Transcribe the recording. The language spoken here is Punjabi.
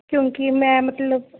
ਕਿਉਂਕਿ ਮੈਂ ਮਤਲਬ